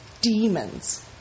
demons